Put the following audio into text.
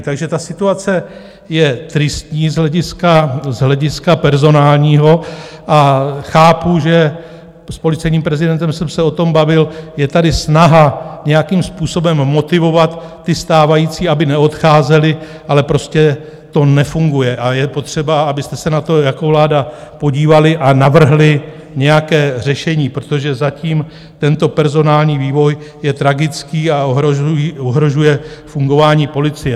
Takže ta situace je tristní z hlediska personálního a chápu, s policejním prezidentem jsem se o tom bavil, že je tady snaha nějakým způsobem motivovat ty stávající, aby neodcházeli, ale prostě to nefunguje a je potřeba, abyste se na to jako vláda podívali a navrhli nějaké řešení, protože zatím tento personální vývoj je tragický a ohrožuje fungování policie.